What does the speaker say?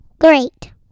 Great